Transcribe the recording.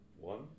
One